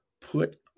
put